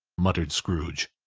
muttered scrooge.